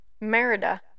Merida